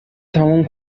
تموم